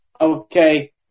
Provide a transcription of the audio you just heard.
Okay